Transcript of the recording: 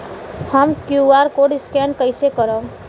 हम QR code scan कइसे करब?